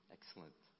Excellent